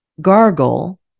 gargle